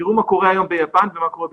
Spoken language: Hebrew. תראו מה קורה היום ביפן ומה קורה בישראל.